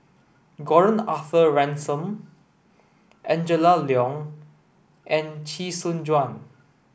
Gordon Arthur Ransome Angela Liong and Chee Soon Juan